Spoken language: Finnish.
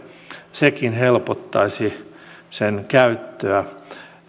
sekin helpottaisi sen käyttöä